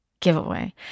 giveaway